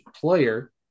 player